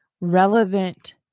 relevant